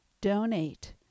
Donate